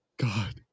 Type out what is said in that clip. God